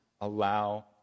allow